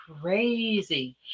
crazy